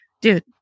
dude